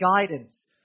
guidance